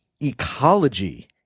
Ecology